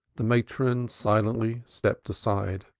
the matron silently stepped aside.